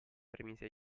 permise